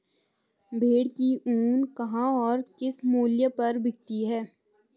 भेड़ की ऊन कहाँ और किस मूल्य पर बिकती है?